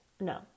no